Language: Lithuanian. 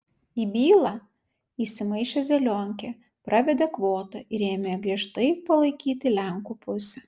į bylą įsimaišė zelionkė pravedė kvotą ir ėmė griežtai palaikyti lenkų pusę